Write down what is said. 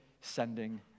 sending